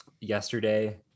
yesterday